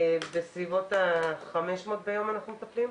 אנחנו מטפלים בסביבות 500 ביום.